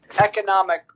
Economic